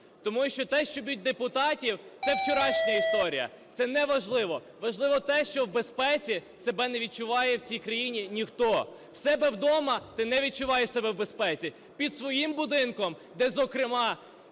Тому що те, що б'ють депутатів – це вчорашня історія, це неважливо, важливо те, що в безпеці себе не відчуває в цій країні ніхто. У себе вдома ти не відчуваєш себе в безпеці. Під своїм будинком, де, зокрема,